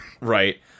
Right